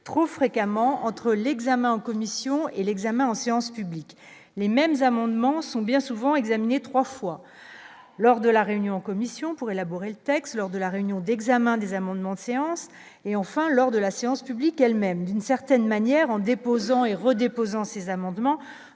trop fréquemment entre l'examen en commission et l'examen en séance publique les mêmes amendements sont bien souvent examiner 3 fois lors de la réunion en commission pour élaborer le texte lors de la réunion d'examen des amendements de séance et enfin lors de la séance publique elle-même d'une certaine manière, en déposant héros posant ces amendements,